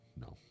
no